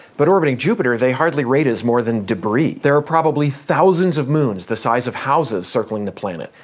but orbiting jupiter they hardly rate as more than debris. there are probably thousands of moons the size of houses circling the planet,